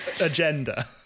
agenda